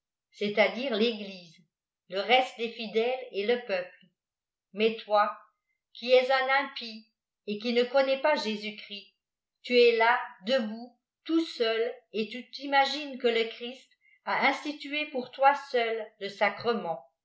cest à dife fégttsé le regte des fidèles et te peuple mais toi qui es un inipiç el qui ne connais pas jésus chrisl tu es là debout tout seul èl tù t'imagines que le clirist a instiluépour toi seul le sacrement